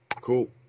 cool